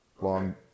long